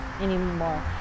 anymore